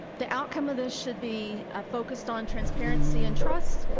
the outcome of this should be ah focused on transparency and trust,